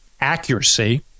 accuracy